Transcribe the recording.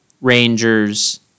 Rangers